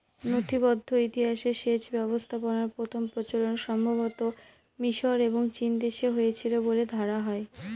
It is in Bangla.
নথিবদ্ধ ইতিহাসে সেচ ব্যবস্থাপনার প্রথম প্রচলন সম্ভবতঃ মিশর এবং চীনদেশে হয়েছিল বলে ধরা হয়